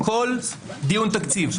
כל דיון תקציב,